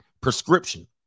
prescription